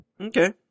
okay